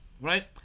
right